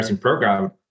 program